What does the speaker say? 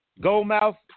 Goldmouth